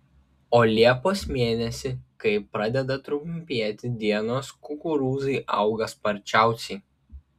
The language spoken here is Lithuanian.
o liepos mėnesį kai pradeda trumpėti dienos kukurūzai auga sparčiausiai